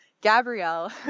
Gabrielle